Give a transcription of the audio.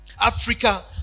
Africa